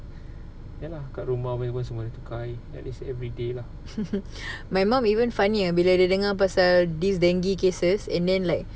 ya lah kat rumah pun semua tukar at least everyday lah